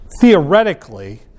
theoretically